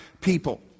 people